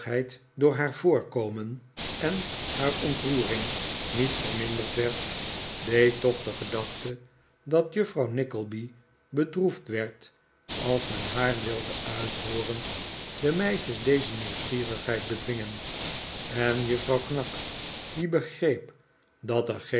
door haar voorkomen en haar ontroering niet verminderd werd deed toch de gedachte dat juffrouw nickleby bedroefd werd als men haar wilde uithooren de meisjes deze nieuwsgierigheid bedwingen en juffrouw knag die begreep dat er geen